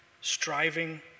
striving